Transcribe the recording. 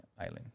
island